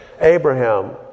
Abraham